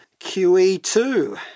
QE2